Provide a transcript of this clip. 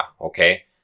Okay